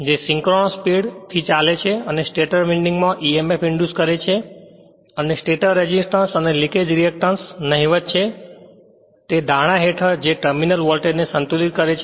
જે synchronous speed થી ચાલે છે અને સ્ટેટર વિન્ડિંગ માં emf ઇંડ્યુસ કરે છે અને સ્ટેટર રેઝિસ્ટન્સ અને લિકેજ રિએક્ટન્સ નહિવત છે તે ધારણા હેઠળ જે ટર્મિનલ વોલ્ટેજને સંતુલિત કરે છે